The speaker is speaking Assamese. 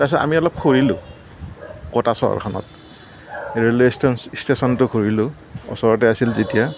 তাৰপিছত আমি অলপ ফুৰিলোঁ ক'টা চহৰখনত ৰেলৱে ষ্টেশ্যনত ঘূৰিলোঁ ওচৰতে আছিল যেতিয়া